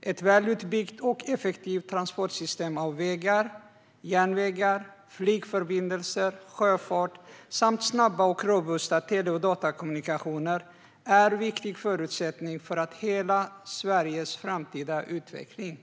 Ett väl utbyggt och effektivt transportsystem av vägar, järnvägar, flygförbindelser och sjöfart samt snabba och robusta tele och datakommunikationer är en viktig förutsättning för hela Sveriges framtida utveckling.